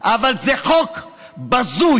אבל זה חוק בזוי